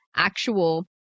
actual